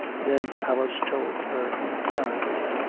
then alice told her own side of it.